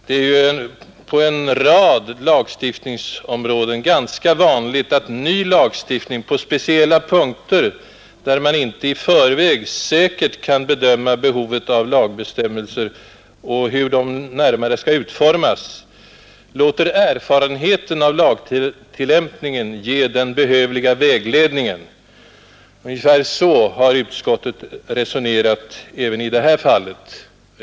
I fråga om ny lagstiftning är det ju ganska vanligt att man när det gäller speciella punkter, beträffande vilka man i förväg inte säkert kan bedöma behovet av lagbestämmelser och hur dessa i så fall bör utformas, låter erfarenheten av lagtillämpningen ge den behövliga vägledningen. Ungefär så har utskottet resonerat även i det här fallet.